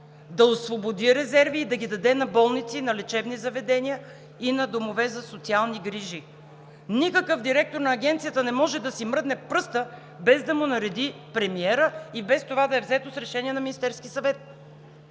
да освободи резерви и да ги даде на болници, на лечебни заведения и на домове за социални грижи. Никакъв директор на Агенцията не може да си мръдне пръста, без да му нареди премиерът и без това да е взето с решение на Министерския съвет.